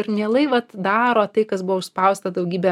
ir mielai vat daro tai kas buvo užspausta daugybę